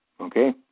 Okay